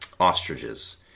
ostriches